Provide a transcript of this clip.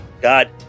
God